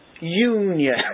union